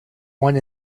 one